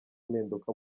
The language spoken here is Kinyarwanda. mpinduka